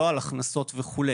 לא על הכנסות וכו'.